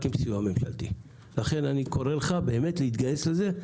יש צורך בסיוע ממשלתי ואני קורה לך להתגייס לזה.